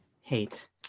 Hate